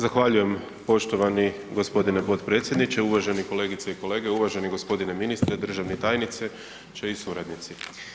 Zahvaljujem poštovani gospodine potpredsjedniče, uvažene kolegice i kolege, uvaženi gospodine ministre, državni tajniče i suradnici.